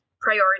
Priority